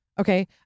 Okay